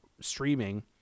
streaming